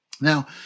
Now